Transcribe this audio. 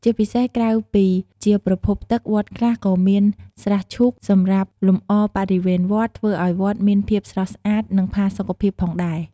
ជាពិសេសក្រៅពីជាប្រភពទឹក វត្តខ្លះក៏មាន ស្រះឈូក សម្រាប់លម្អបរិវេណវត្ត ធ្វើឱ្យវត្តមានភាពស្រស់ស្អាត និងផាសុកភាពផងដែរ។